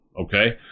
okay